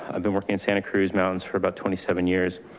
ah been working in santa cruz mountains for about twenty seven years.